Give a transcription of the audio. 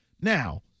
Now